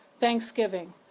Thanksgiving